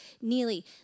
Neely